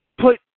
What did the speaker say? put